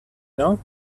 know